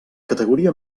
categoria